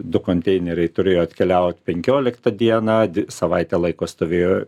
du konteineriai turėjo atkeliaut penkioliktą dieną savaitę laiko stovėjo